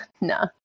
nah